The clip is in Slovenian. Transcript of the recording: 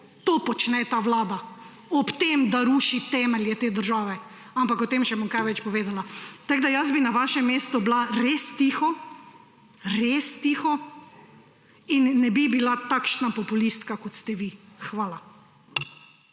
To počne ta vlada- ob tem, da ruši temelje te države, ampak o tem bom še kaj več povedala. Tako, da jaz bi na vašem mestu bila res tiho, res tiho, in nebi bila takšna populistka kot ste vi. Hvala.